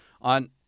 On